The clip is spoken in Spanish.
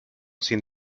sin